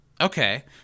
Okay